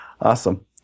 awesome